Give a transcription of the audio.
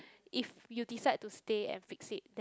if you decide to stay and fix it then